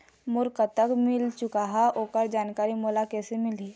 मोर कतक बिल चुकाहां ओकर जानकारी मोला कैसे मिलही?